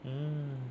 mm